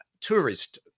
tourist